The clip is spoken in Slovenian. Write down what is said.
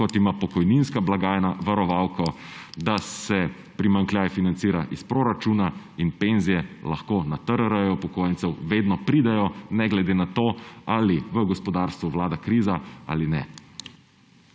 kot ima pokojninska blagajna varovalko, da se primanjkljaj financira iz proračuna in penzije lahko na TRR-je upokojencev vedno pridejo, ne glede na to, ali v gospodarstvu vlada kriza ali ne.